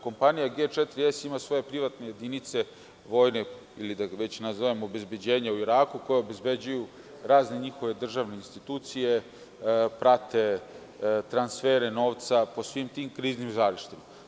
Kompanija „G4S“ ima svoje privatne jedinice vojne, odnosno obezbeđenja u Iraku, koje obezbeđuju razne njihove državne institucije, prate transfere novce po svim tim kriznim žarištima.